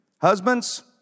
Husbands